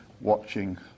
watching